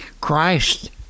Christ